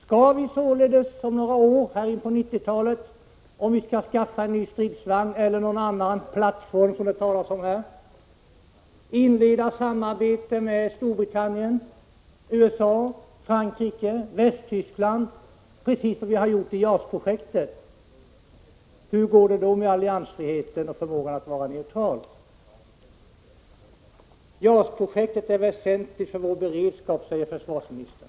Skall vi således om några år, på 90-talet, om vi vill skaffa en ny stridsvagn eller en annan plattform, som det talas om här, inleda samarbetet med Storbritannien, USA, Frankrike, Västtyskland, precis som vi har gjort i fråga om JAS-projektet? Hur går det då med alliansfriheten och förmågan att vara neutral? JAS-projektet är väsentligt för vår beredskap, säger försvarsministern.